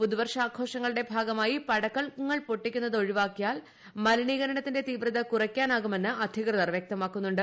പുതുവർഷാഘോഷങ്ങളുടെ ഭാഗമായി പടക്കങ്ങൾ പൊട്ടിക്കുന്നത് ഒഴിവാക്കിയാൽ മലിനീകരണത്തിന്റെ തീവ്രത കുറയ്ക്കാനാകുമെന്ന് അധികൃതർ വ്യക്തമാക്കുന്നുണ്ട്